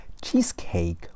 cheesecake